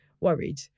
worried